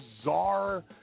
bizarre